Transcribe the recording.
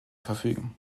verfügen